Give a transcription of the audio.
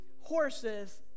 horses